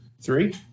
three